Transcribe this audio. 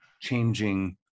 changing